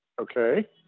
okay